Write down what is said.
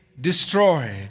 destroyed